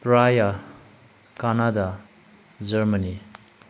Priya Canada Germany